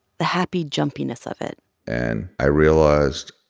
the happy jumpiness of it and i realized,